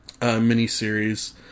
miniseries